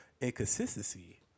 inconsistency